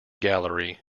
gallery